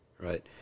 right